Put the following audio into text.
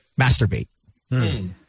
masturbate